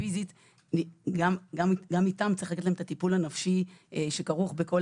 גם להם צריך לתת את הטיפול הנפשי בכל